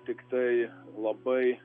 tiktai labai